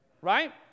right